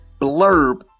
blurb